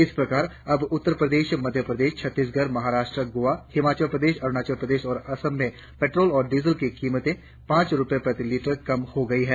इस प्रकार अब उत्तर प्रदेशमध्यप्रदेश छत्तीसगढ़ महाराष्ट्र गोआ हिमाचल प्रदेश अरुणाचल प्रदेश और असम में पेट्रोल और डीजल की कीमतें पांच रुपये प्रति लीटर कम हो गई है